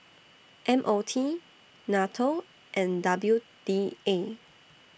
M O T NATO and W D A